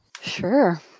Sure